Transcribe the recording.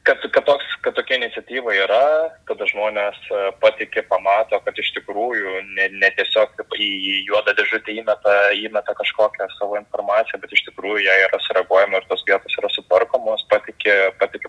kad kad toks kad tokia iniciatyva yra tada žmonės patiki pamato kad iš tikrųjų ne ne tiesiog į juodą dėžutę įmeta įmeta kažkokią savo informaciją bet iš tikrųjų į ją yra sureaguojama ir tos vietos yra sutvarkomos patiki patiki